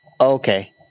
okay